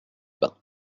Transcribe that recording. bains